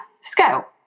scale